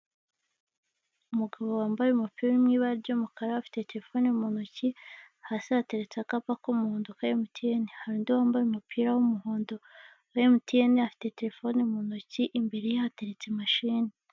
Umukandida wiyamamariza kuba perezida wa repubulika w'ishyaka rya green gurini pate Frank Habineza ari kwiyamamaza abanyamakuru bagenda bamufotora abamwungirije n'abamuherekeje bamugaragiye abaturage bitabiriye inyuma ya senyegi yaho ari bitabiriye baje kumva ibyo abagezaho.